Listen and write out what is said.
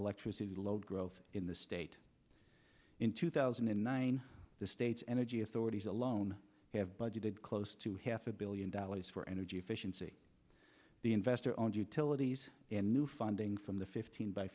electricity load growth in the state in two thousand and nine the state's energy authorities alone have budgeted close to half a billion dollars for energy efficiency the investor owned utilities new funding from the fifteen by